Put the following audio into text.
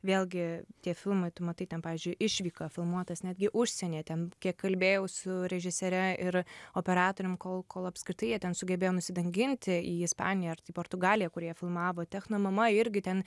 vėlgi tie filmai tu matai ten pavyzdžiui išvyką filmuotas netgi užsienyje ten kiek kalbėjau su režisiere ir operatorium kol kol apskritai jie ten sugebėjo nusidanginti į ispaniją ar tai portugaliją kur jie filmavo techno mama irgi ten